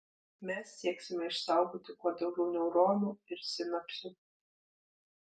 mes sieksime išsaugoti kuo daugiau neuronų ir sinapsių